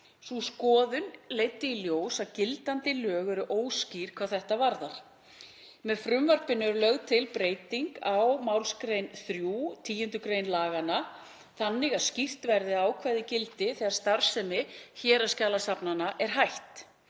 Sú skoðun leiddi í ljós að gildandi lög eru óskýr hvað þetta varðar. Með frumvarpinu er lögð til breyting á 3. mgr. 10. gr. laganna þannig að skýrt verði að ákvæðið gildi þegar starfsemi héraðsskjalasafns er hætt,